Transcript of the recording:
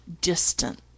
distant